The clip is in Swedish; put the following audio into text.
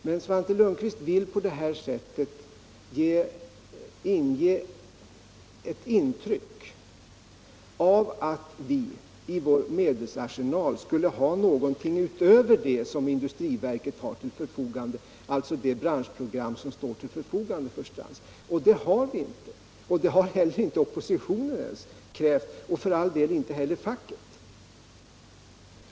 Men Svante Lundkvist vill på detta sätt ge intryck av att vi i vår medelsarsenal skulle ha någonting utöver det som industriverket har till förfogande, alltså det branschprogram som står till förfogande för Strands, och det har vi inte. Det har inte heller oppositionen krävt, och för all del inte heller facket.